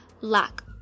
lack